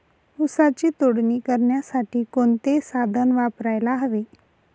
ऊसाची तोडणी करण्यासाठी कोणते साधन वापरायला हवे?